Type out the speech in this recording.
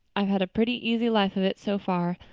i've had a pretty easy life of it so far,